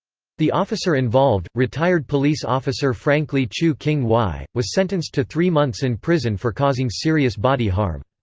the officer involved, retired police officer frankly chu king-wai, was sentenced to three months in prison for causing serious body harm.